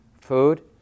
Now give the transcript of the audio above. food